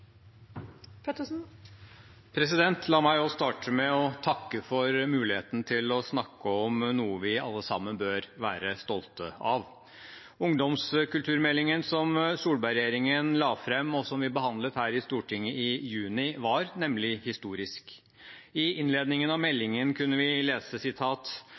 snakke om noe vi alle sammen bør være stolte av. Ungdomskulturmeldingen, som Solberg-regjeringen la fram, og som vi behandlet her i Stortinget i juni, var nemlig historisk. I innledningen av meldingen kunne vi lese: